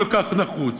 כל כך נחוץ.